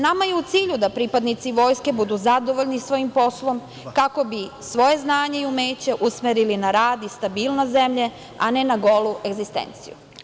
Nama je u cilju da pripadnici vojske budu zadovoljni svojim poslom kako bi svoje znanje i umeće usmerili na rad i stabilnost zemlje, a ne na golu egzistenciju.